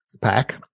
pack